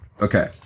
Okay